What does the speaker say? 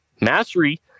Mastery